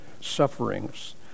sufferings